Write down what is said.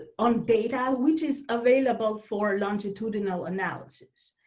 ah on data which is available for longitudinal analysis.